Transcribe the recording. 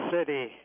City